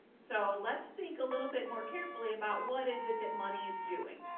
so let's think a little bit more carefully about what is it that money is doing,